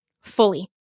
fully